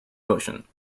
motion